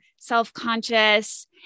self-conscious